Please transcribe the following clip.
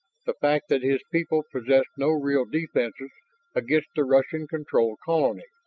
the fact that his people possessed no real defenses against the russian-controlled colony.